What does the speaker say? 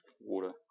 water